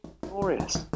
glorious